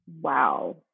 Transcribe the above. Wow